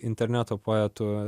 interneto poetų